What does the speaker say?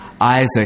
Isaac